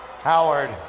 Howard